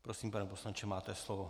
Prosím, pane poslanče, máte slovo.